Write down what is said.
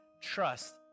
trust